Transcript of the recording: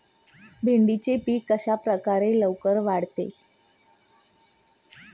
भेंडीचे पीक कशाप्रकारे लवकर वाढते?